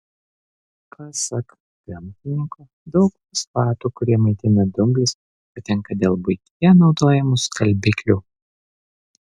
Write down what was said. pasak gamtininko daug fosfatų kurie maitina dumblius patenka dėl buityje naudojamų skalbiklių